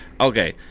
Okay